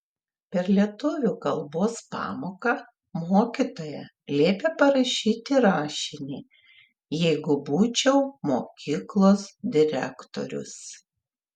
per lietuvių kalbos pamoką mokytoja liepė parašyti rašinį jeigu būčiau mokyklos direktorius